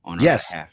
Yes